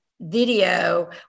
video